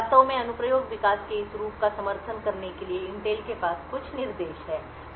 वास्तव में अनुप्रयोग विकास के इस रूप का समर्थन करने के लिए इंटेल के पास कुछ निर्देश हैं